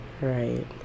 Right